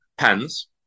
Pens